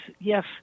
yes